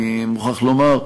אני מוכרח לומר,